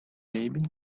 baby